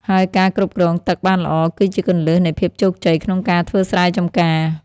ហើយការគ្រប់គ្រងទឹកបានល្អ គឺជាគន្លឹះនៃភាពជោគជ័យក្នុងការធ្វើស្រែចំការ។